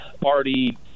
party